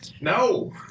No